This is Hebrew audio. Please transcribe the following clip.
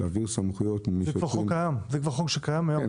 להעביר סמכויות משוטרים --- זה חוק שכבר קיים היום,